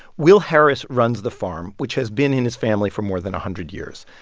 will harris runs the farm, which has been in his family for more than a hundred years.